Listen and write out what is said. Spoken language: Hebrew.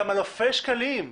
אלה גם אלפי שקלים.